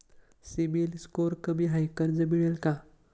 CIBIL score कमी आहे कर्ज मिळेल का?